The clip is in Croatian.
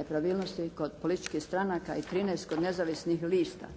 nepravilnosti kod političkih stranaka i 13 kod nezavisnih lista.